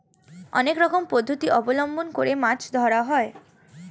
অনেক রকম পদ্ধতি অবলম্বন করে মাছ ধরা হয়